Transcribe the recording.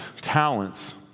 talents